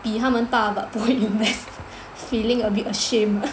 比他们大 but 不会 invest feeling a bit ashamed